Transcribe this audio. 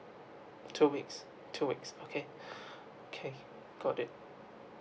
two weeks two weeks okay okay got it